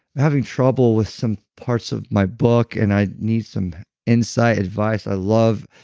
having trouble with some parts of my book and i need some insight, advice. i love.